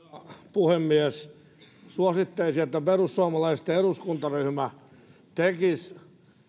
puhemies suosittelisin että perussuomalaisten eduskuntaryhmä tekisi